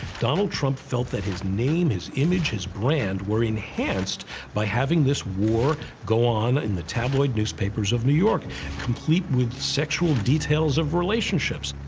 donald trump felt that his name, his image, his brand were enhanced by having this war go on in the tabloid newspapers of new york complete with sexual details of relationships.